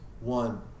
One